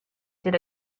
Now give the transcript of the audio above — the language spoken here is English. did